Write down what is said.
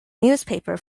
newspaper